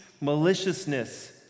maliciousness